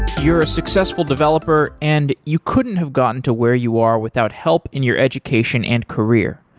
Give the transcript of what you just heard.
you're a successful developer and you couldn't have gotten to where you are without help in your education and career.